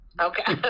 Okay